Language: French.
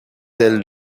tels